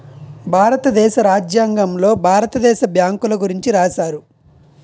భారతదేశ రాజ్యాంగంలో భారత దేశ బ్యాంకుల గురించి రాశారు